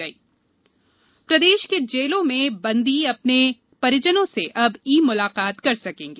ई मुलाकात प्रदेश की जेलों में बंदी अपने परिजनो से अब ई मुलाकात कर सकेंगे